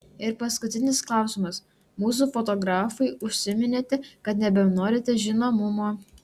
ir paskutinis klausimas mūsų fotografui užsiminėte kad nebenorite žinomumo